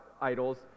idols